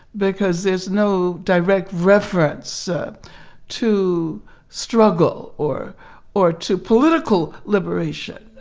because there's no direct reference to struggle or or to political liberation.